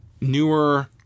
newer